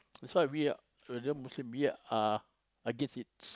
that's why we are Muslim we are against it